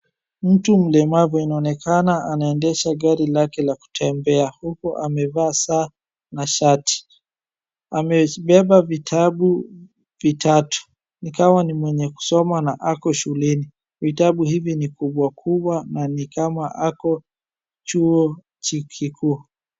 Mtu mlemavu inaonekana anaendehsa gari lake la kutembea , huku amevaa saa na shati. Amebeba vitabu vitatu ni kama ni mwenye kusoma na ako shuleni, vitabu hivi ni kubwa kubwa na ni kama ako chuo kikuu.